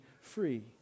free